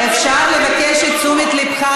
אפשר לבקש את תשומת ליבך,